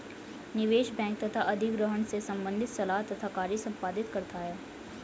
निवेश बैंक तथा अधिग्रहण से संबंधित सलाह तथा कार्य संपादित करता है